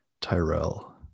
Tyrell